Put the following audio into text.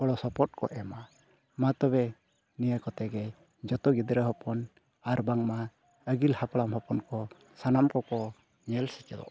ᱜᱚᱲᱚ ᱥᱚᱯᱚᱦᱚᱫ ᱠᱚ ᱮᱢᱟ ᱢᱟ ᱛᱚᱵᱮ ᱱᱤᱭᱟᱹ ᱠᱚᱛᱮ ᱜᱮ ᱡᱚᱛᱚ ᱜᱤᱫᱽᱨᱟᱹ ᱦᱚᱯᱚᱱ ᱟᱨ ᱵᱟᱝᱢᱟ ᱟᱹᱜᱤᱞ ᱦᱟᱯᱲᱟᱢ ᱦᱚᱯᱚᱱ ᱠᱚ ᱥᱟᱱᱟᱢ ᱠᱚᱠᱚ ᱧᱮᱞ ᱥᱮᱪᱮᱫᱚᱜ ᱠᱟᱱᱟ